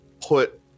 put